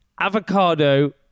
avocado